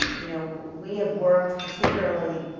you know, we have worked particularly,